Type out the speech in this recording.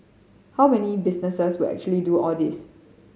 how many businesses will actually do all this